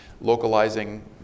localizing